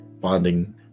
bonding